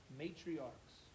matriarchs